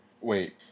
Wait